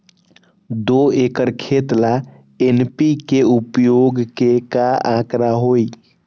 दो एकर खेत ला एन.पी.के उपयोग के का आंकड़ा होई?